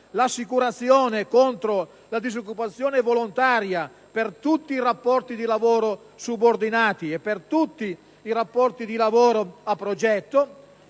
l'assicurazione contro la disoccupazione volontaria per tutti i rapporti di lavoro subordinati e per tutti i rapporti di lavoro a progetto.